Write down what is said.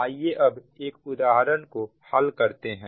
आइए अब एक उदाहरण को हल करते हैं